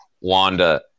Wanda